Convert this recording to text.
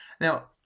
now